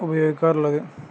ഉപയോഗിക്കാറുള്ളത്